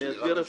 שאומר: